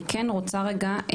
אני כן רוצה רגע,